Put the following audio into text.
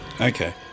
Okay